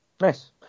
Nice